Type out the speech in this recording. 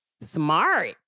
Smart